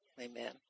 Amen